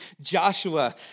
Joshua